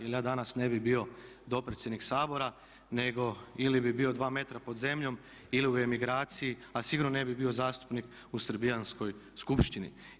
Jer ja danas ne bih bio dopredsjednik Sabora nego ili bi bio 2 metra pod zemljom ili u imigraciji a sigurno ne bih bio zastupnik u srbijanskoj skupštini.